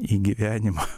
į gyvenimo